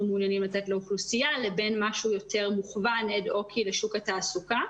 מעוניינים לתת לאוכלוסייה לבין משהו יותר מוכוון אד-הוק לשוק התעסוקה.